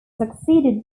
succeeded